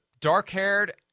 dark-haired